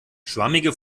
schwammige